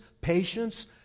patience